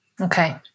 Okay